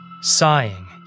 Sighing